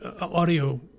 audio